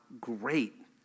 great